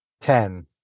Ten